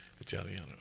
Italiano